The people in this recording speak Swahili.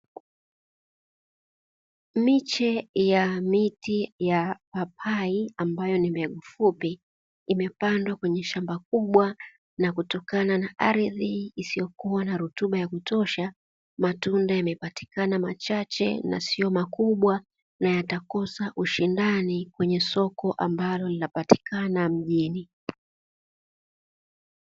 Miche ya miti ya papai ambayo ni mbegu fupi imepandwa kwenye shamba kubwa na kutokana na ardhi, isiyokuwa na rutuba ya kutosha matunda yamepatikana machache na sio makubwa na yatakosa ushindani kwenye soko ambalo linapatikana mjini.